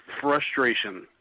frustration